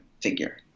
figure